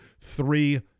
three